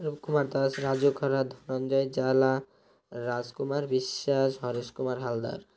Rup Kumar Das Raju Khara Dhananjay Jala Rajkumar Biswas Haresh Kumar Haldar